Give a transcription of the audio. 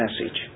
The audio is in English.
message